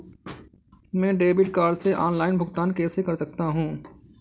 मैं debit card से online भुगतान कैसे कर सकता हूँ?